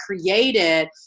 created